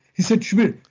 he said, subir,